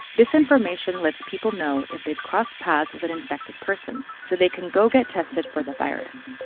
this information lets people know if they've crossed paths with an infected person so they can go get tested for the virus.